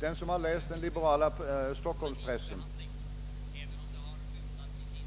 Den som läst den liberala stockholmspressen